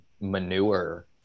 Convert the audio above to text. manure